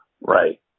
Right